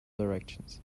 directions